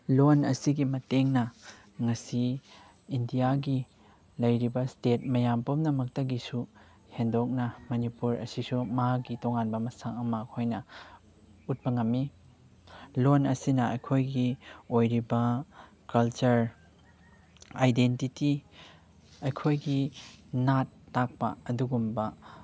ꯂꯣꯟ ꯑꯁꯤꯒꯤ ꯃꯇꯦꯡꯅ ꯉꯁꯤ ꯏꯟꯗꯤꯌꯥꯒꯤ ꯂꯩꯔꯤꯕ ꯁ꯭ꯇꯦꯠ ꯃꯌꯥꯝ ꯄꯨꯝꯅꯃꯛꯇꯒꯤ ꯍꯦꯟꯗꯣꯛꯅ ꯃꯅꯤꯄꯨꯔ ꯑꯁꯤꯁꯨ ꯃꯥꯒꯤ ꯇꯣꯉꯥꯟꯕ ꯃꯁꯛ ꯑꯃ ꯑꯩꯈꯣꯏꯅ ꯎꯠꯄ ꯉꯝꯃꯤ ꯂꯣꯟ ꯑꯁꯤꯅ ꯑꯩꯈꯣꯏꯒꯤ ꯑꯣꯏꯔꯤꯕ ꯀꯜꯆꯔ ꯑꯥꯏꯗꯦꯟꯇꯤꯇꯤ ꯑꯩꯈꯣꯏꯒꯤ ꯅꯥꯠ ꯇꯥꯛꯄ ꯑꯗꯨꯒꯨꯝꯕ